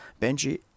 Benji